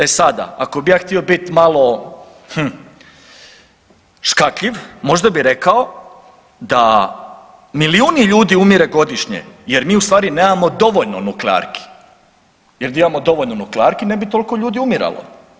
E sada ako bi ja htio bit malo hm škakljiv možda bi rekao da milijuni ljudi umire godišnje jer mi u stvari nemamo dovoljno nuklearki jer da imamo dovoljno nuklearki ne bi toliko ljudi umiralo.